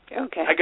Okay